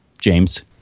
James